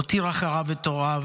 הותיר אחריו את הוריו